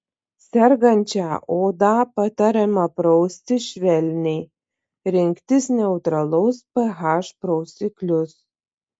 sergančią odą patariama prausti švelniai rinktis neutralaus ph prausiklius